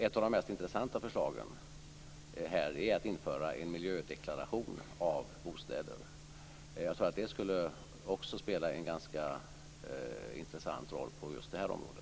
Ett av de mest intressanta förslagen är att införa en miljödeklaration av bostäder. Jag tror att det skulle spela en ganska intressant roll på just detta område.